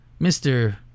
Mr